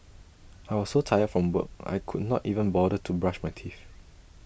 I was so tired from work I could not even bother to brush my teeth